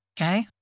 okay